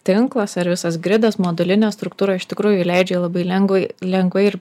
tinklas ar visas gridas modulinė struktūra iš tikrųjų leidžia labai lengvai lengvai ir